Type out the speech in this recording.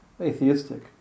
atheistic